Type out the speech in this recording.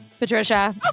Patricia